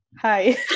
hi